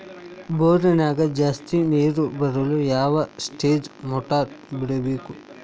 ಬೋರಿನ್ಯಾಗ ಜಾಸ್ತಿ ನೇರು ಬರಲು ಯಾವ ಸ್ಟೇಜ್ ಮೋಟಾರ್ ಬಿಡಬೇಕು?